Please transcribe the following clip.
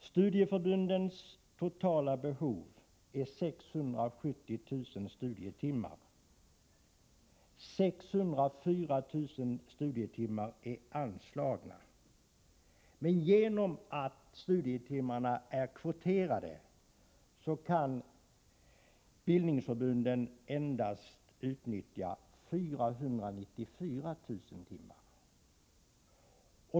Studieförbundens totala behov är 670 000 studietimmar. Anslag har beviljats för 604 000 studietimmar. På grund av att studietimmarna är kvoterade kan bildningsförbunden endast utnyttja 494 000 timmar.